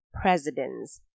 presidents